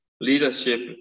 Leadership